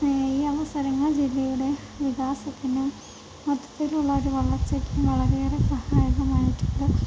ഈ അവസരങ്ങൾ ജില്ലയുടെ വികാസത്തിനും മൊത്തത്തിലുള്ള ഒരു വളർച്ചയ്ക്കും വളരെയേറെ സഹായകമായിട്ടുണ്ട്